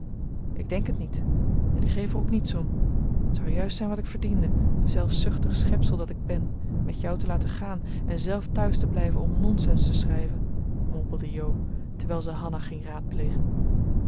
ik denk het niet en ik geef er ook niets om t zou juist zijn wat ik verdiende zelfzuchtig schepsel dat ik ben met jou te laten gaan en zelf thuis te blijven om nonsens te schrijven mompelde jo terwijl ze hanna ging raadplegen